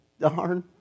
darn